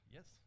Yes